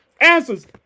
Answers